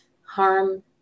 Harm